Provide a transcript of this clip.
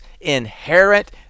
inherent